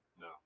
No